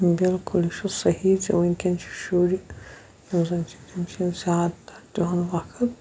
بالکل یہِ چھُ صحیح زِ وٕنکیٚن چھِ شُرۍ یِم زَن چھِ تِم چھِ زیادٕ تَر تہُنٛد وقت